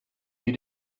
you